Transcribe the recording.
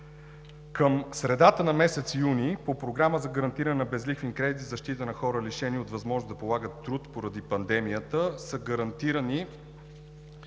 Към средата на месец юни по Програмата за гарантиране на безлихвени кредити в защита на хора, лишени от възможност да полагат труд поради пандемията, са гарантирани